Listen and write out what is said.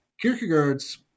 Kierkegaard's